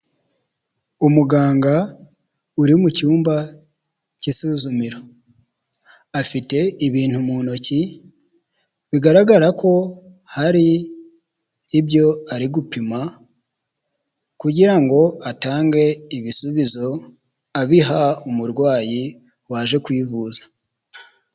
Umuganga uri mu cyumba cy'isuzumiro, afite ibintu mu ntoki, bigaragara ko hari ibyo ari gupima, kugira ngo atange ibisubizo, abiha umurwayi waje kwivuza